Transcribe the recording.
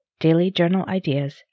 dailyjournalideas